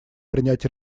принять